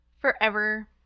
Forever